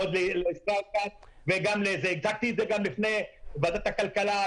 עוד לישראל כץ וגם הצגתי את זה גם בפני ועדת הכלכלה,